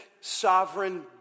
sovereign